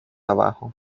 abajo